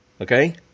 okay